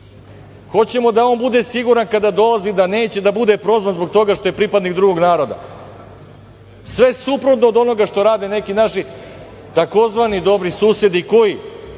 hoćemo da on bude siguran kada dolazi da neće da bude prozvan zbog toga što je pripadnik drugog naroda. Sve suprotno od onoga što rade neki naši tzv. dobri susedi, koji